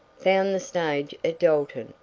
found the stage at dalton,